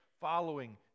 following